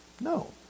No